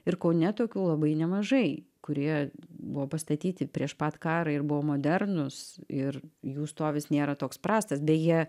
ir kaune tokių labai nemažai kurie buvo pastatyti prieš pat karą ir buvo modernūs ir jų stovis nėra toks prastas beje